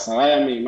עשרה ימים,